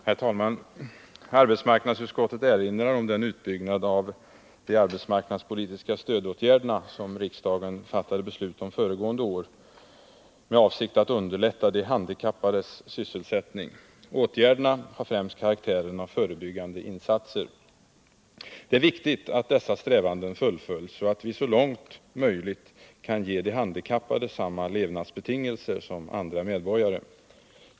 Herr talman! Arbetsmarknadsutskottet erinrar i det betänkande som kammaren nu behandlar om den utbyggnad av de arbetsmarknadspolitiska stödåtgärderna som riksdagen fattade beslut om föregående år i avsikt att underlätta de handikappades sysselsättning. Åtgärderna hade främst karaktären av förebyggande insatser. Det är viktigt att dessa strävanden fullföljs, så att vi så långt som möjligt kan ge de handikappade samma levnadsbetingelser som andra medborgare.